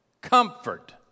comfort